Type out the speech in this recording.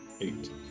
eight